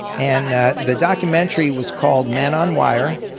and the the documentary was called men on wire,